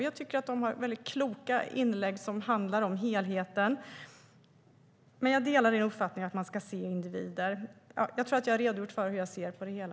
Jag tycker att de har mycket kloka inlägg som handlar om helheten. Men jag delar uppfattningen att man ska se individer. Jag tror att jag har redogjort för hur jag ser på det hela.